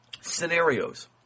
Scenarios